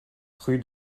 rue